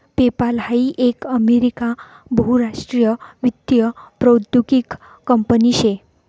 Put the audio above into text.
PayPal हाई एक America बहुराष्ट्रीय वित्तीय प्रौद्योगीक कंपनी शे